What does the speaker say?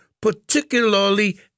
particularly